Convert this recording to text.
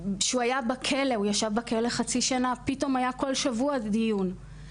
כשהוא היה בכלא חצי שנה פתאום היה כל שבוע דיון.